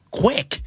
quick